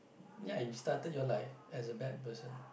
ya you started your life as a bad person